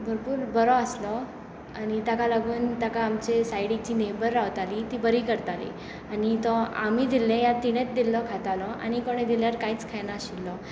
भरपूर बरो आसलो आनी ताका लागून ताका आमची सायडिकची नेबर रावतालीं ती बरी करताली आनी तो आमी दिल्ले वा तिणेंच दिल्लें खातालो आनी कोणे दिल्यार कांयच खायना आशिल्लो